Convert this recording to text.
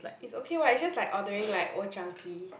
it's okay what it's just like ordering like Old-Chang-Kee